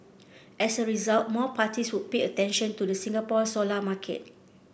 as a result more parties would pay attention to the Singapore solar market